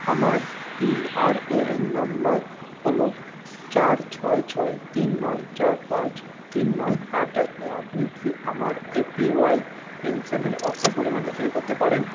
আমার PRAN number হল চার ছয় ছয় তিন নয় চার পাঁচ তিন নয় আট এক নয় আপনি কি আমার এপিওয়াই পেনশনের অর্থ পরিমাণ যাচাই করতে পারেন